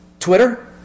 Twitter